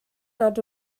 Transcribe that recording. nad